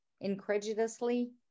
incredulously